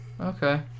okay